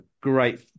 great